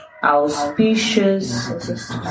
auspicious